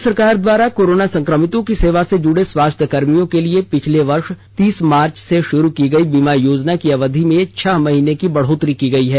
केंद्र सरकार द्वारा कोरोना संक्रमितों की सेवा से जुड़े स्वास्थ्य कर्मियों के लिए पिछले वर्ष तीस मार्च को शुरू की गई बीमा योजना की अवधि मे छ महीनें की बढ़ोत्तरी की गई हैं